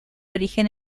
origen